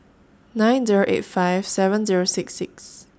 nine Zero eight five seven Zero six six